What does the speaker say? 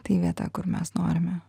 tai vieta kur mes norime